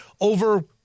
over